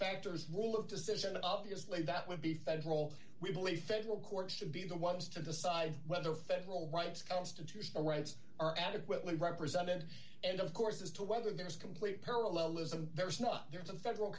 factors rule of decision obviously that would be federal we believe federal courts should be the ones to decide whether federal rights constitutional rights are adequately represented and of course as to whether there is complete parallelism there is not there are some federal